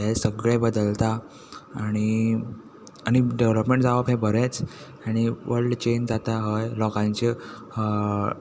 हे सगलें बदलता आनी आनी डेवीलोपमेंट जावप हें बरेंच आनी वर्ल्ड चेंज जाता हय लोकांचे